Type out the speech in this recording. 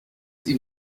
ihm